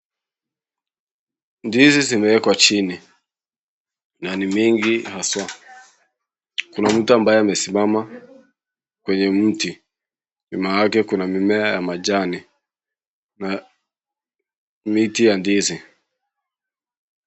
Ndizi zimewekwa chini na ni mingi haswaa. Kuna mtu ambaye amesimama kwenye mti. Nyuma yake kuna mimea ya majani na miti ya ndizi.